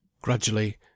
Gradually